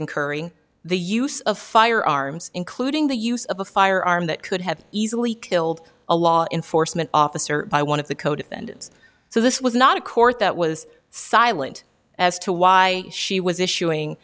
incurring the use of firearms including the use of a firearm that could have easily killed a law enforcement officer by one of the co defendants so this was not a court that was silent as to why she was issuing